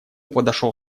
подошел